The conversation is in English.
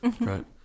Right